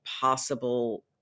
possible